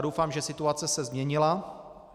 Doufám, že situace se změnila.